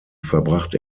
verbrachte